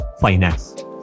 finance